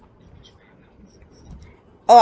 orh